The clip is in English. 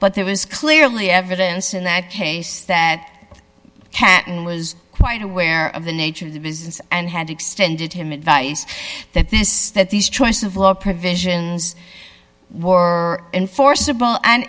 but there was clearly evidence in that case that canton was quite aware of the nature of the business and had extended him advice that this that these choice of law provisions war enforceable and